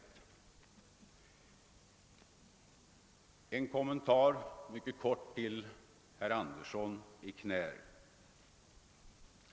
En mycket kort kommentar vill jag också göra till herr Anderssons i Knäred inlägg.